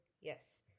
yes